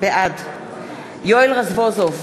בעד יואל רזבוזוב,